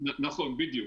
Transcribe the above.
נכון, בדיוק.